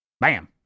bam